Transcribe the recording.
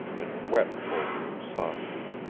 and wept over them softly,